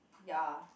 ya